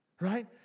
Right